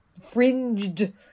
fringed